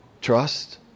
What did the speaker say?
Trust